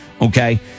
okay